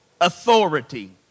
authority